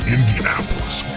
Indianapolis